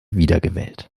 wiedergewählt